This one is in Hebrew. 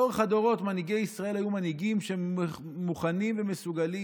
לאורך הדורות מנהיגי ישראל היו מנהיגים שהם מוכנים ומסוגלים